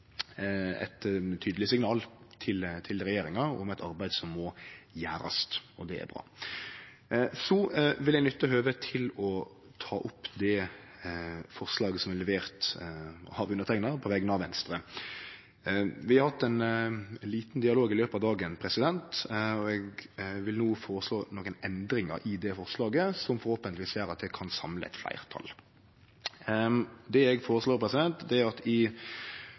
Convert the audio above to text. eit tydeleg signal til regjeringa om eit arbeid som må gjerast. Det er bra. Så vil eg nytte høvet til å ta opp det forslaget som er levert av meg på vegner av Venstre. Vi har hatt ein liten dialog i løpet av dagen, og eg vil no foreslå nokre endringar i det forslaget, som forhåpentlegvis vil kunne samle eit fleirtal. Det eg foreslår, er at ein i